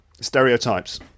stereotypes